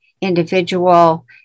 individual